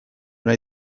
nahi